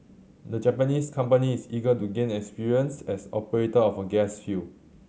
the Japanese company is eager to gain experience as operator of a gas field